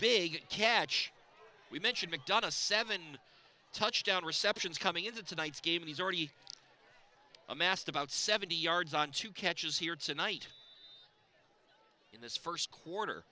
big catch we mention mcdonagh seven touchdown receptions coming into tonight's game he's already amassed about seventy yards on two catches here tonight in this first quarter